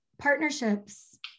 Partnerships